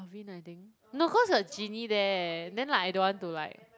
Alvin I think no cause got Jeanie there then like I don't want to like